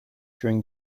during